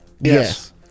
Yes